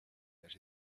that